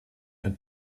and